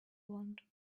want